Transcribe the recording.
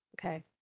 Okay